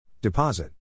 Deposit